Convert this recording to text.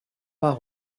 pas